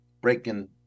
breaking